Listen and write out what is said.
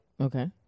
Okay